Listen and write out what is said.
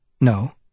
No